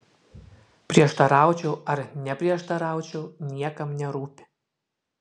prieštaraučiau ar neprieštaraučiau niekam nerūpi